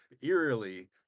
eerily